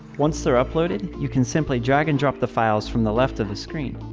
once they're uploaded you can simply drag and drop the files from the left of the screen.